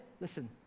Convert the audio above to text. listen